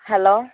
hello